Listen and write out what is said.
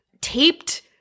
taped